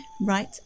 right